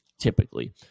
Typically